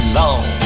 long